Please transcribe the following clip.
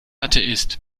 atheist